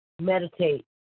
meditate